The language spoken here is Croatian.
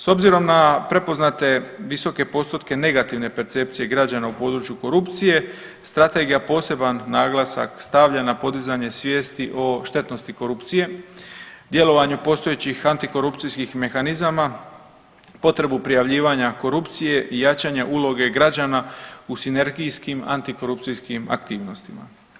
S obzirom na prepoznate visoke postotke negativne percepcije građana u području korupcije, Strategija poseban naglasak stavlja na podizanje svijesti o štetnosti korupcije, djelovanju postojećih antikorupcijskih mehanizama, potrebu prijavljivanja korupcije i jačanje uloge građana u sinergijskim antikorupcijskim aktivnostima.